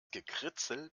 gekritzel